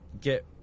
get